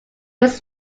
was